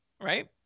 right